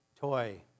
toy